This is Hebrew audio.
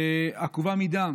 עקובה מדם,